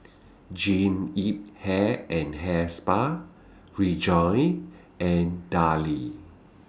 Jean Yip Hair and Hair Spa Rejoice and Darlie